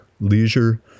leisure